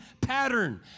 pattern